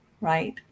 right